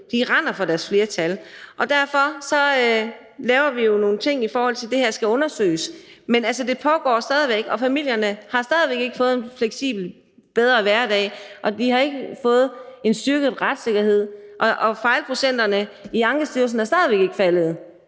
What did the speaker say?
rendte fra flertallet. Derfor laver vi nogle ting i forhold til det her, som skal undersøges. Men, altså, det pågår stadig væk, og familierne har stadig væk ikke fået en fleksibel og bedre hverdag. De har ikke fået en styrket retssikkerhed, og fejlprocenterne i Ankestyrelsen er stadig væk ikke faldet.